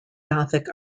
gothic